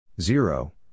Zero